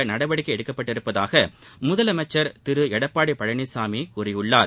குடிநீர் நடவடிக்கை எடுக்கப்பட்டுள்ளதாகமுதலமைச்சர் திரு எடப்பாடி பழனிசாமி கூறியுள்ளார்